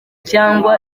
cyangwa